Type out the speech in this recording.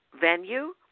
venue